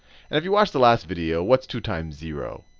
and if you watched the last video, what's two times zero?